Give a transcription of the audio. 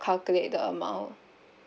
calculate the amount